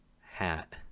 hat